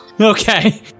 Okay